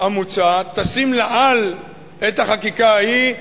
המוצעת תשים לאל את החקיקה ההיא.